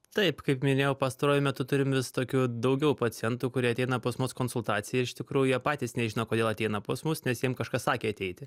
taip kaip minėjau pastaruoju metu turim vis tokių daugiau pacientų kurie ateina pas mus konsultacijai ir iš tikrųjų jie patys nežino kodėl ateina pas mus nes jiem kažkas sakė ateiti